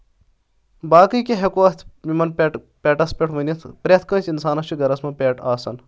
باقٕے کینٛہہ ہؠکو اَتھ یِمن پیٚٹ پیٚٹس ؤنِتھ پرؠتھ کٲنٛسہِ اِنسانَس چھِ گرس منٛز پیٚٹ آسان